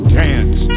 dance